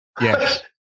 Yes